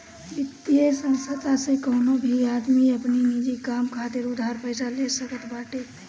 वित्तीय संस्थान से कवनो भी आदमी अपनी निजी काम खातिर उधार पईसा ले सकत बाटे